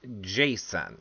Jason